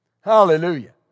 Hallelujah